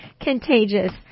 contagious